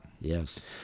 Yes